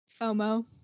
FOMO